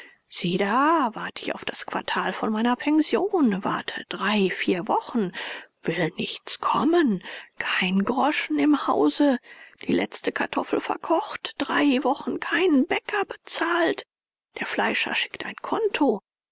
sieh da wart ich auf das quartal von meiner pension warte drei vier wochen will nichts kommen kein groschen im hause die letzte kartoffel verkocht drei wochen keinen bäcker bezahlt der fleischer schickt ein conto